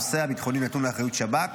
הנושא הביטחוני נתון לאחריות שב"כ